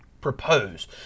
propose